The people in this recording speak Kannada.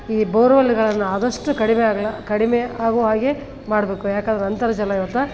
ಈ ಬೋರ್ವೆಲ್ಗಳನ್ನು ಆದಷ್ಟು ಕಡಿಮೆ ಆಗ್ಲಿ ಕಡಿಮೆ ಆಗುವ ಹಾಗೆ ಮಾಡಬೇಕು ಯಾಕಂದ್ರೆ ಅಂತರ್ಜಲ ಇವತ್ತು